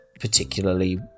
particularly